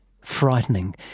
frightening